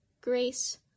Grace